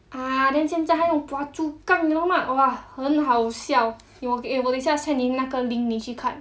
ah then 现在还有 phua chu kang 你知道吗哇很好笑 eh 我我等一下 send 你那个 link 你去看